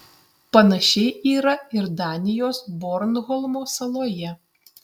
panašiai yra ir danijos bornholmo saloje